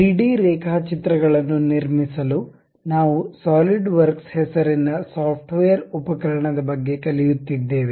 3D ರೇಖಾಚಿತ್ರಗಳನ್ನು ನಿರ್ಮಿಸಲು ನಾವು ಸಾಲಿಡ್ವರ್ಕ್ಸ್ ಹೆಸರಿನ ಸಾಫ್ಟ್ವೇರ್ ಉಪಕರಣದ ಬಗ್ಗೆ ಕಲಿಯುತ್ತಿದ್ದೇವೆ